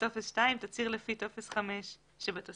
תצהיר לפי טופס 5 שבתוספת,